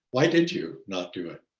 why did you not do it?